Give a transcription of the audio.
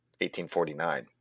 1849